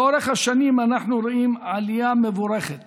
לאורך השנים אנחנו רואים עלייה מבורכת